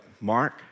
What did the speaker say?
Mark